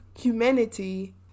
humanity